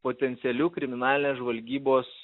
potencialiu kriminalinės žvalgybos